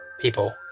people